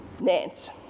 Nance